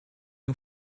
you